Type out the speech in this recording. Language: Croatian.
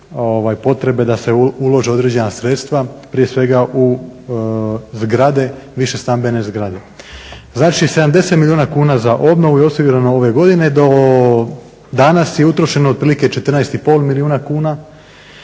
potrebe da se ulože određena sredstva prije svega u zgrade, više stambene zgrade. Znači 70 milijuna kuna za obnovu je osigurano ove godine, do danas je utrošeno otprilike 14,5 milijuna kuna,